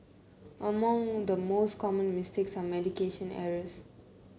among the most common mistakes are medication errors